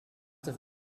have